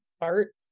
art